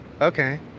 Okay